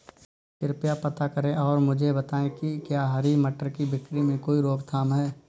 कृपया पता करें और मुझे बताएं कि क्या हरी मटर की बिक्री में कोई रोकथाम है?